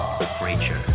creature